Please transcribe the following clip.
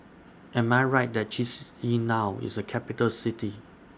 Am I Right that Chisinau IS A Capital City